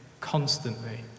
constantly